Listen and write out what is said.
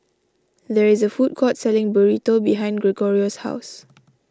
there is a food court selling Burrito behind Gregorio's house